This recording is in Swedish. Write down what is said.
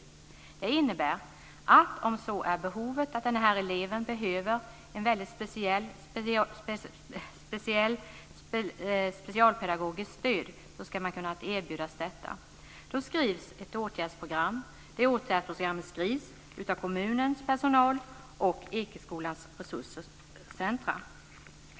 Det innebär att om så är att den här eleven behöver ett väldigt speciellt specialpedagogiskt stöd ska man kunna erbjuda detta. Då skrivs ett åtgärdsprogram. Det åtgärdsprogrammet skrivs av kommunens personal och Ekeskolans resurscenter.